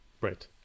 right